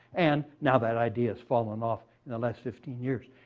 and, now that idea has fallen off in the last fifteen years.